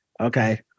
okay